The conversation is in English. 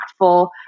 impactful